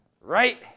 right